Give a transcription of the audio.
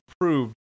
proved